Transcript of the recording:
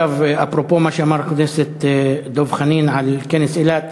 אפרופו מה שאמר חבר הכנסת דב חנין על כנס אילת,